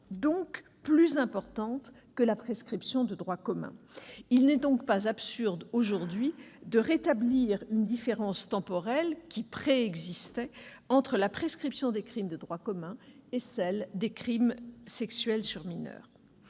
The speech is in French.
donc plus long que celui de la prescription de droit commun. Il n'est donc pas absurde de rétablir une différence temporelle qui préexistait entre la prescription des crimes de droit commun et celle des crimes sexuels sur mineurs.